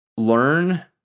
Learn